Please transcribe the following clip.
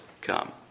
come